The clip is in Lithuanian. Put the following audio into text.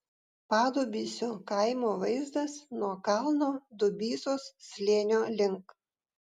padubysio kaimo vaizdas nuo kalno dubysos slėnio link